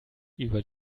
über